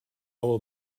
all